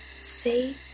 Say